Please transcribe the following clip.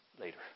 later